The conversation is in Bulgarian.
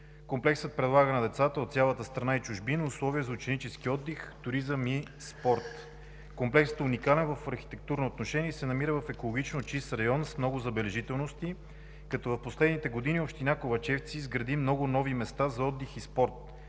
Комплексът предлага на децата от цялата страна и чужбина условия за ученически отдих, туризъм и спорт. Той е уникален в архитектурно отношение и се намира в екологично чист район с много забележителности, като в последните години община Ковачевци изгради много нови места за отдих и спорт